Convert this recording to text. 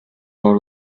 out